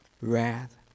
wrath